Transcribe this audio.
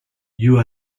you